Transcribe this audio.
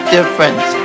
Difference